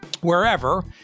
wherever